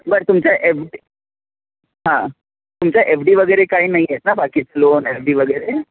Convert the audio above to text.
बर तुमचा F D हां तुमचा एफ डी वगैरे काही नाही आहेत ना बाकीच लोन एफ डी वगैरे